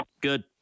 Good